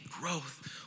growth